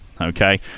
Okay